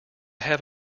have